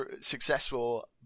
successful